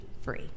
free